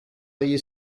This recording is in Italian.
degli